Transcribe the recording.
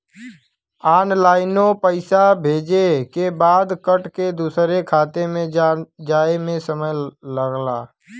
ऑनलाइनो पइसा भेजे के बाद कट के दूसर खाते मे जाए मे समय लगला